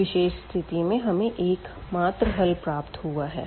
इस विशेष स्थिति में हमें एकमात्र हल प्राप्त हुआ है